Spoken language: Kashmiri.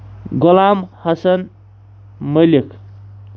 غلام حسن ملک